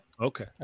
Okay